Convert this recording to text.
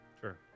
Sure